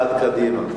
קדימה,